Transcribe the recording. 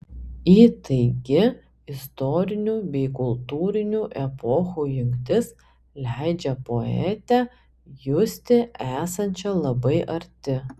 įtaigi istorinių bei kultūrinių epochų jungtis leidžia poetę justi esančią labai arti